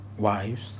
wives